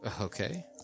Okay